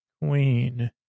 Queen